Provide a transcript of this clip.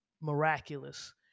miraculous